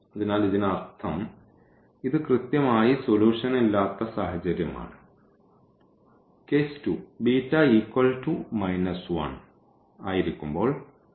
അതിനാൽ ഇതിനർത്ഥം ഇത് കൃത്യമായി സൊല്യൂഷനില്ലാത്ത സാഹചര്യമാണ് കേസ് 2 β 1 ആയിരിക്കുമ്പോൾ നമ്മൾ പരിഗണിക്കും